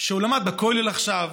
שהוא למד בכולל עכשיו,